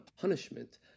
punishment